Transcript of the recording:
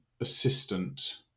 assistant